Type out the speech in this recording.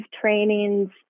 trainings